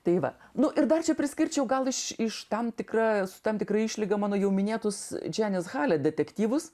tai va nu ir dar čia priskirčiau gal iš iš tam tikras tam tikra išlyga mano jau minėtus dženės halet detektyvus